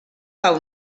del